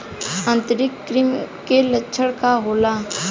आंतरिक कृमि के लक्षण का होला?